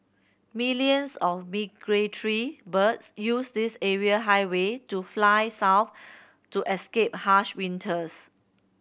millions of migratory birds use this aerial highway to fly south to escape harsh winters